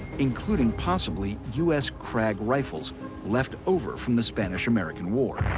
including possibly us krag rifles left over from the spanish-american war.